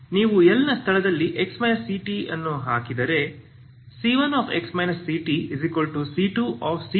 ನೀವು l ನ ಸ್ಥಳದಲ್ಲಿ x ct ಅನ್ನು ಹಾಕಿದರೆ c1x ctc2 ಆಗುತ್ತದೆ